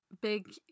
big